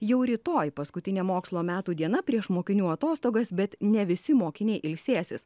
jau rytoj paskutinė mokslo metų diena prieš mokinių atostogas bet ne visi mokiniai ilsėsis